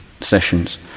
sessions